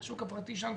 השוק הפרטי שלנו,